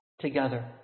together